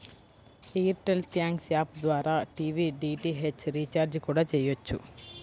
air tell thanks app ద్వారా TV DTH recharge కూడా చెయ్యొచ్చు